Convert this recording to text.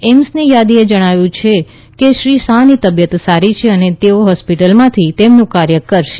એઇમ્સની યાદીમાં જણાવ્યું છે કે શ્રી શાહની તબિયત સારી છે અને તેઓ હોસ્પિટલમાંથી તેમનું કાર્ય કરશે